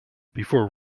before